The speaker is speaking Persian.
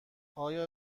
آیا